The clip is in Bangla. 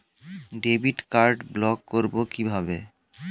ডেবিট কার্ড ব্লক করব কিভাবে?